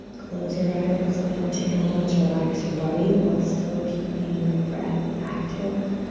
close your eyes and take a moment to relax your body while still keeping your breath active